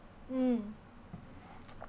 mm